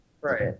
right